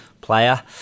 player